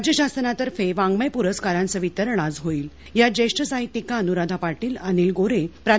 राज्य शासनातर्फे वाङ्वय पुरस्कारांचं वितरण आज होईल यात ज्येष्ठ साहित्यिका अनुराधा पाटील अनिल गोरे प्रा